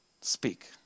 speak